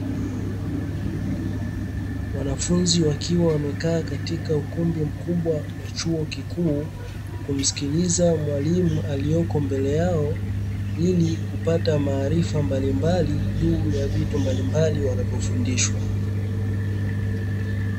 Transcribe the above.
Wanafunzi wakiwa wamekaa katika ukumbi mkubwa wa chuo kikuu, kumsikiliza mwalimu aliyoko mbele yao, ili kupata maarifa mbalimbali juu ya vitu mbalimbali wanavyofundishwa.